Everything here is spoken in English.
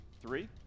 three